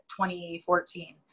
2014